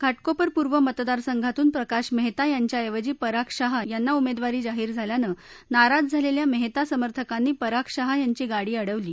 घाटकोपर पूर्व मतदारसंघातून प्रकाश महित्रा यांच्या ऐवजी पराग शाह यांनी उमहित्वारी जाहीर झाल्यानं नाराज झालल्खी महित्रा समर्थकांनी पराग शाह यांची गाडी अडवली